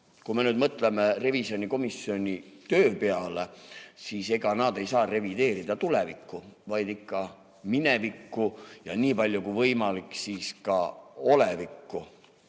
Kui me nüüd mõtleme revisjonikomisjoni töö peale, siis ega nad ei saa revideerida tulevikku, vaid ikka minevikku ja nii palju kui võimalik, ka olevikku.